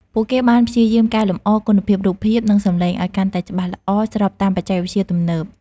ពួកគេបានព្យាយាមកែលម្អ គុណភាពរូបភាព និងសំឡេង ឲ្យកាន់តែច្បាស់ល្អ ស្របតាមបច្ចេកវិទ្យាទំនើប។